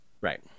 Right